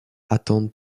attendent